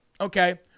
Okay